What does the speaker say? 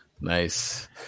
nice